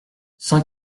sans